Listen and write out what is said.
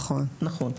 נכון.